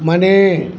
ಮನೆ